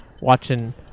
watching